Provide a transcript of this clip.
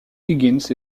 higgins